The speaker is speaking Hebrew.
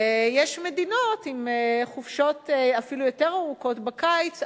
ויש מדינות עם חופשות אפילו יותר ארוכות בקיץ,